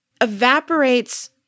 evaporates